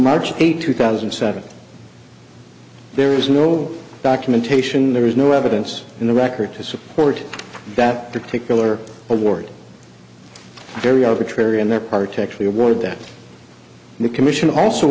march eighth two thousand and seven there is no documentation there is no evidence in the record to support that particular award very arbitrary on their part actually award that the commission also